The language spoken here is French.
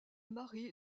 mari